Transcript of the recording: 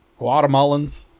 Guatemalans